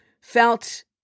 felt